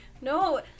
no